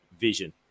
vision